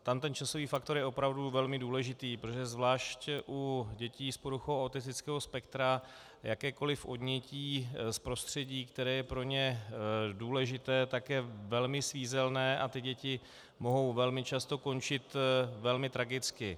Tam ten časový faktor je opravdu velmi důležitý, protože zvlášť u dětí s poruchou autistického spektra jakékoliv odnětí z prostředí, které je pro ně důležité, je velmi svízelné a ty děti mohou velmi často končit velmi tragicky.